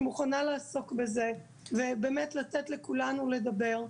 שמוכנה לעסוק בזה ובאמת לתת לכולנו לדבר.